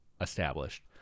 established